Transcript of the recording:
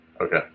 Okay